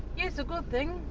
it's a good thing,